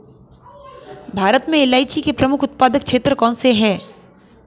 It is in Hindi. भारत में इलायची के प्रमुख उत्पादक क्षेत्र कौन से हैं?